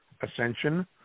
Ascension